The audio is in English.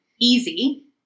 easy